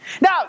Now